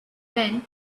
when